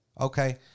okay